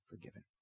forgiven